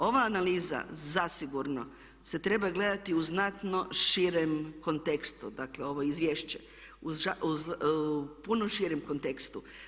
Ova analiza zasigurno se treba gledati u znatno širem kontekstu, dakle ovo izvješće, u puno širem kontekstu.